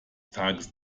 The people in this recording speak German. tages